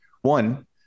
One